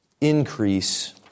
increase